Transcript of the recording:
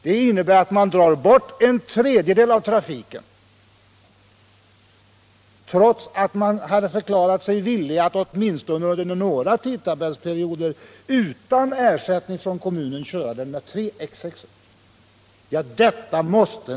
Det innebär att SJ drar bort en tredjedel av trafiken, trots att man förklarat sig villig att åtminstone under några tidtabellsperioder utan ersättning från kommunen köra med tre X6-or!